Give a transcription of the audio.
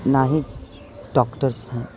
نہ ہی ڈاکٹرس ہیں